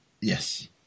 Yes